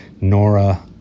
Nora